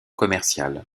commerciales